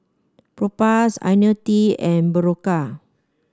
Propass IoniL T and Berocca